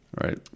Right